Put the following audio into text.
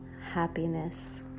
happiness